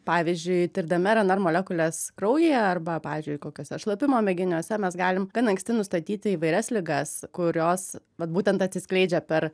pavyzdžiui tirdami rnr molekules kraujyje arba pavyzdžiui kokiuose šlapimo mėginiuose mes galim gan anksti nustatyti įvairias ligas kurios vat būtent atsiskleidžia per